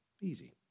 Easy